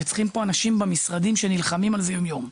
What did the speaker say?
וצריכים פה במשרדים אנשים שנלחמים על זה יום-יום.